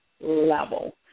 level